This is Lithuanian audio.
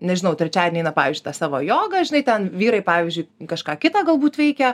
nežinau trečiadienį eina pavyzdžiui į tą savo jogą žinai ten vyrai pavyzdžiui kažką kitą galbūt veikia